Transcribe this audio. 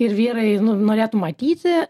ir vyrai nu norėtų matyti